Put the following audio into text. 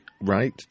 right